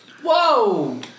Whoa